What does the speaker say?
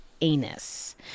anus